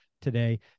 today